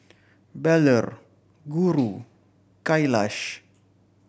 Bellur Guru Kailash